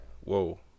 Whoa